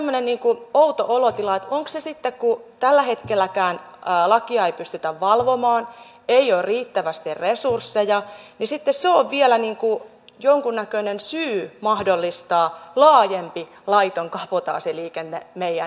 jotenkin tulee semmoinen outo olotila että onko se sitten kun tällä hetkelläkään lakia ei pystytä valvomaan ei ole riittävästi resursseja vielä jonkun näköinen syy mahdollistaa laajempi laiton kabotaasiliikenne meidän maahan